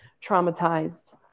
traumatized